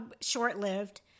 Short-lived